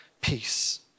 peace